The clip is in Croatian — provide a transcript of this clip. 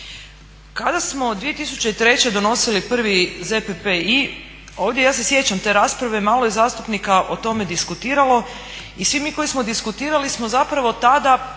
Kada smo 2003. donosili prvi ZPPI ovdje ja se sjećam te rasprave malo je zastupnika o tome diskutiralo i svi mi koji smo diskutirali smo zapravo tada